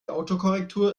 autokorrektur